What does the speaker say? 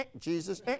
Jesus